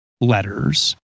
letters